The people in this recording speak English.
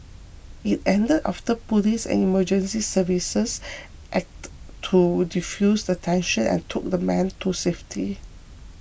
it ended after police and emergency services acted to defuse the tension and took the man to safety